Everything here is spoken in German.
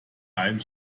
einen